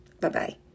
Bye-bye